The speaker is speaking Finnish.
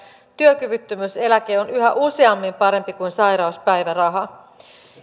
työkyvyttömyyseläke on yhä useammin parempi kuin sairauspäiväraha